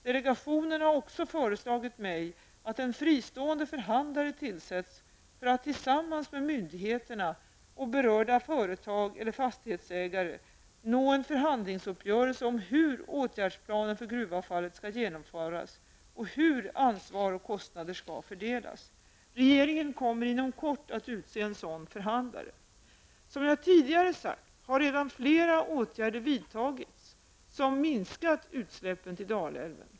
Delegationen har också föreslagit mig att en fristående förhandlare tillsätts för att tillsammans med myndigheterna och berörda företag/fastighetsägare nå en förhandlingsuppgörelse om hur åtgärdsplanen för gruvavfallet skall genomföras och hur ansvar och kostnader skall fördelas. Regeringen kommer inom kort att utse en sådan förhandlare. Som jag tidigare sagt har redan flera åtgärder vidtagits som minskat utsläppen till Dalälven.